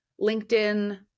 LinkedIn